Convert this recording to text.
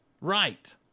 Right